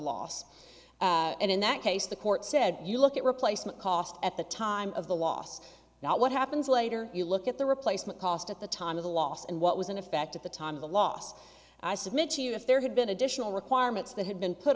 loss and in that case the court said you look at replacement cost at the time of the loss not what happens later you look at the replacement cost at the time of the loss and what was in effect at the time of the loss i submit to you if there had been additional requirements that had been put